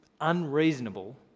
unreasonable